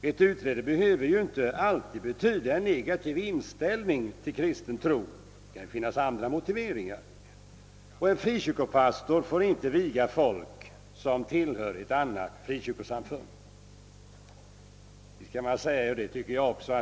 Ett utträde behöver inte alltid tyda på en negativ inställning till kristen tro. Det kan finnas andra motiveringar. En frikyrkopastor får inte viga folk som tillhör ett annat frikyrkosamfund.